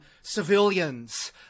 civilians